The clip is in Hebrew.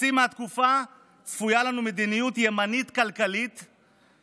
בחצי מהתקופה צפויה לנו מדיניות כלכלית ימנית,